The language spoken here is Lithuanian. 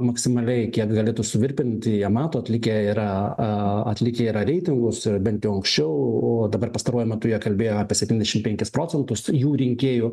maksimaliai kiek gali tu suvirpint jie mato atlikę yra atlikę yra reitingus yra bent jau anksčiau o dabar pastaruoju metu jie kalbėjo apie septyniasdešim penkis procentus jų rinkėjų